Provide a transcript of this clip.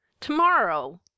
to-morrow